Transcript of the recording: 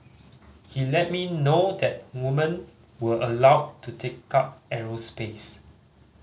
he let me know that woman were allowed to take up aerospace